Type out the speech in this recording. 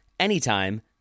anytime